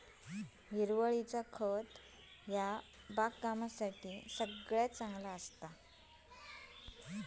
बागकामासाठी हिरवळीचा खत सगळ्यात चांगला उत्पादन असा